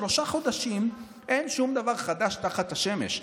שלושה חודשים ואין שום דבר חדש תחת השמש.